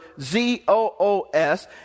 Z-O-O-S